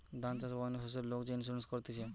ধান চাষ বা অন্য শস্যের লোক যে ইন্সুরেন্স করতিছে